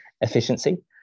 efficiency